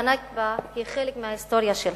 שה"נכבה" היא חלק מההיסטוריה שלך.